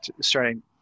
starting